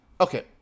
Okay